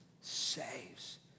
saves